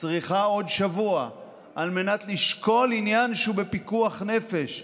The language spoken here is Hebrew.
צריכה עוד שבוע על מנת לשקול עניין שהוא בפיקוח נפש,